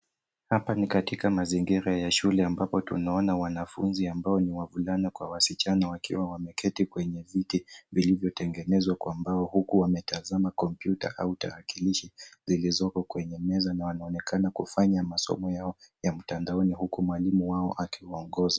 Hapa ni katika mazingira ya shule ambapo tunaona wanafunzi ambao ni wavulana kwa wasichana wakiwa wameketi kwenye viti vilivyotengenezwa kwa mbao huku wametazama kompyuta au tarakilishi zilizoko kwenye meza na wanaonekana kufanya masomo yao ya mtandaoni huku mwalimu wao akiwaongoza.